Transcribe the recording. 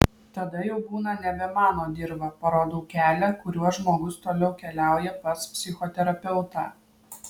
tada jau būna nebe mano dirva parodau kelią kuriuo žmogus toliau keliauja pas psichoterapeutą